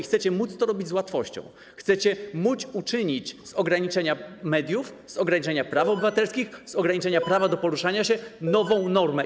Chcecie móc to robić z łatwością, chcecie móc uczynić z ograniczania mediów, z ograniczania praw obywatelskich, z ograniczania prawa do poruszania się nową normę.